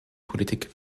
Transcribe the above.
politik